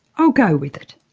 i'll go with it.